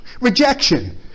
rejection